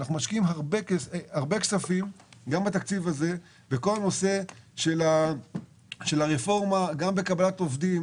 אנחנו משקיעים הרבה כספים בכל מה שקשור בקבלת עובדים.